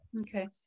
Okay